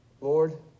Lord